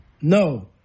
No